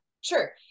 Sure